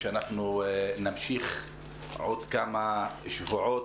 שאנחנו נמשיך עוד כמה שבועות,